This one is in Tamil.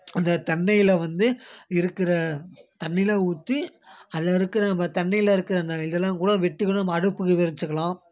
அந்த தென்னையில் வந்து இருக்கிற தண்ணிலாம் ஊற்றி அதில் இருக்கிற நம்ம தென்னையில் இருக்கிற அந்த இதெல்லாம் கூட வெட்டி கூட நம்ம அடுப்புக்கு எரிச்சுக்கலாம்